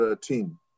team